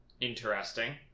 interesting